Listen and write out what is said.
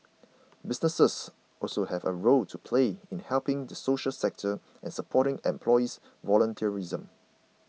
businesses also have a role to play in helping the social sector and supporting employee volunteerism